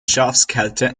schafskälte